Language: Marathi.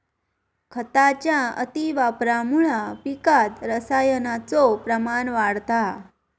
खताच्या अतिवापरामुळा पिकात रसायनाचो प्रमाण वाढता